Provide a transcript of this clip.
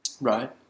Right